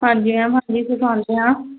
ਹਾਂਜੀ ਮੈਮ ਹਾਂਜੀ ਸਿਖਾਉਂਦੇ ਆ